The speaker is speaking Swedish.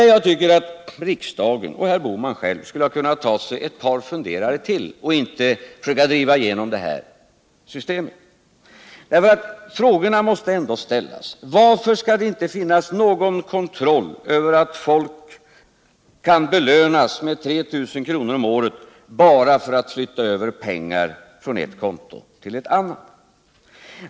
Och där tycker jag att riksdagen och herr Bohman själv skulle ha tagit sig ett par funderare till och inte försökt driva igenom det här systemet. Frågorna måste ändå ställas: Varför skall det inte finnas någon kontroll mot Värdesäkert lön sparande Värdesäkert lönsparande att folk kan belönas med 3 000 kr. om året bara för att de flyttar över pengar från ett konto till ett annat?